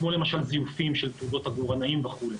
כמו למשל זיופים של תאונות עגורנאים וכו'.